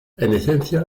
esencia